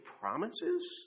promises